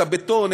את הבטון,